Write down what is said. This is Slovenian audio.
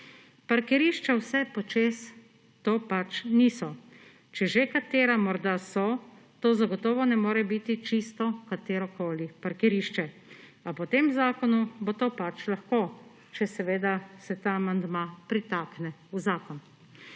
Parkirišča vse počez to pač niso, če že katera morda so, to zagotovo ne more biti čisto katerokoli parkirišče, a po tem zakonu bo to pač lahko, če seveda se ta amandma pritakne v zakon.